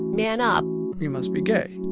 man up you must be gay.